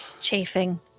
Chafing